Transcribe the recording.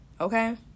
okay